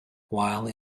while